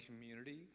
community